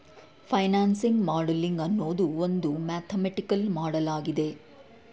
financing modelling ಅನ್ನೋದು ಒಂದು mathematical ಮಾಡಲಾಗಿದೆ